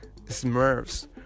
Smurfs